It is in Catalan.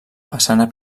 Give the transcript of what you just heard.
façana